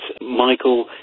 Michael